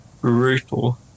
Brutal